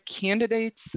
candidate's